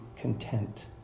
content